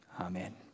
Amen